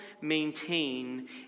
maintain